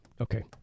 Okay